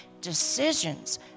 decisions